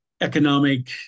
economic